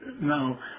now